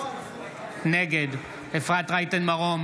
נגד אפרת רייטן מרום,